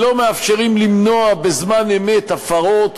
לא מאפשרים למנוע בזמן אמת הפרות,